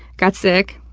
got sick,